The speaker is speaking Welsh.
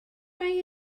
mae